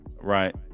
Right